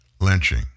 lynching